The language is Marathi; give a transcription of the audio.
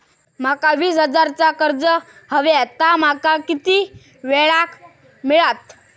माका वीस हजार चा कर्ज हव्या ता माका किती वेळा क मिळात?